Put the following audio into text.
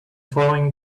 following